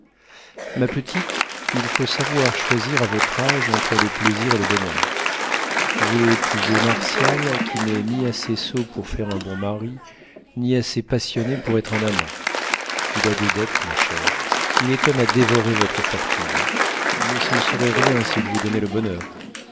ma petite il faut savoir choisir à votre âge entre les plaisirs et le bonheur vous voulez épouser martial qui n'est ni assez sot pour faire un bon mari ni assez passionné pour être un amant il a des dettes ma chère il est homme à dévorer votre fortune mais ce ne serait rien s'il vous donnait le bonheur